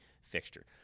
fixture